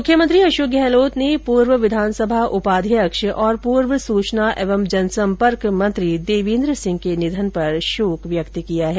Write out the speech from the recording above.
मुख्यमंत्री अशोक गहलोत ने पूर्व विवानसभा उपाव्यक्त और पूर्व सुचना एवं जनसम्पर्क मंत्री देवेन्द्र सिंह के निघन पर शोक व्यक्त किया है